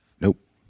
Nope